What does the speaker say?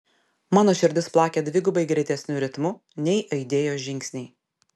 mano širdis plakė dvigubai greitesniu ritmu nei aidėjo žingsniai